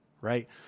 right